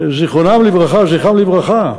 זכרם לברכה,